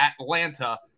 Atlanta